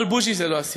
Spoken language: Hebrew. אבל בוז'י זה לא הסיפור.